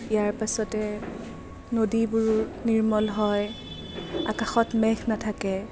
ইয়াৰ পাছতে নদীবোৰ নিৰ্মল হয় আকাশত মেঘ নাথাকে